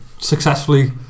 successfully